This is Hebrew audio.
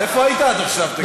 איפה היית עד עכשיו, תגיד לי?